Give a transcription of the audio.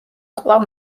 კვლავ